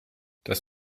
das